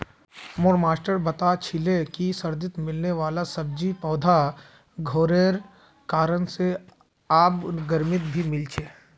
मोर मास्टर बता छीले कि सर्दित मिलने वाला सब्जि पौधा घरेर कारण से आब गर्मित भी मिल छे